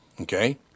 okay